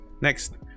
Next